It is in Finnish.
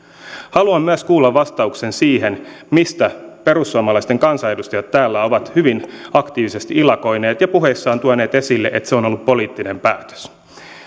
haluan myös kuulla vastauksen asiaan mistä perussuomalaisten kansanedustajat täällä ovat hyvin aktiivisesti ilakoineet ja puheissaan tuoneet esille että se on ollut poliittinen päätös